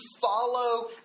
follow